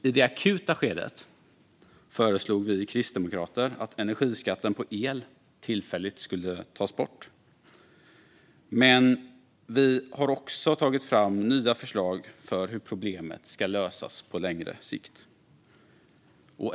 I det akuta skedet föreslog vi kristdemokrater att energiskatten på el tillfälligt skulle tas bort. Men vi har också tagit fram nya förslag om hur problemet ska lösas på längre sikt.